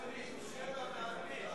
עד סעיף 7 ועד בכלל.